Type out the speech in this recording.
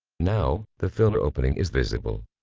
now the filler opening is visible.